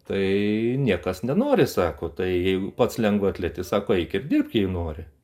tai niekas nenori sako tai jeigu pats lengvaatletis sako eik ir dirbk jei nori